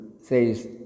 says